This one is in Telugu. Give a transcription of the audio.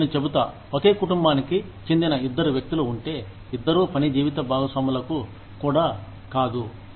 నేను చెబుతా ఒకే కుటుంబానికి చెందిన ఇద్దరు వ్యక్తులు ఉంటే ఇద్దరూ పని జీవిత భాగస్వాములకు కూడా కాదు